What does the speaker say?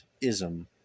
ism